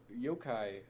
yokai